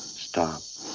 stop.